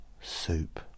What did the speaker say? soup